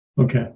Okay